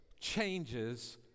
changes